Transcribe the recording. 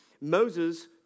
Moses